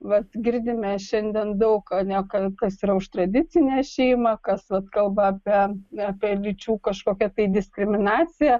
vat girdime šiandien daug ar ne kas yra už tradicinę šeimą kas vat kalba apie apie lyčių kažkokią tai diskriminaciją